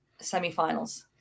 semifinals